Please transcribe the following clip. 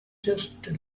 just